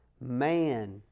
man